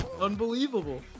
unbelievable